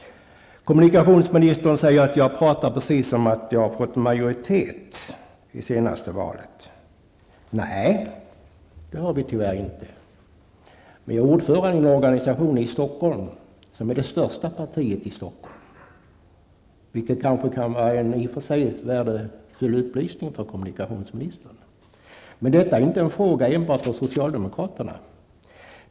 Kommunikationsministern säger att jag talar precis som om socialdemokraterna har fått majoritet i det senaste valet. Nej, det har vi tyvärr inte. Jag är ordförande för en partiorganisation i Stockholm som representerar det största partiet i Stockholm, vilket kanske i och för sig kan vara en värdefull upplysning för kommunikationsministern. Men detta är inte en fråga enbart för socialdemokraterna.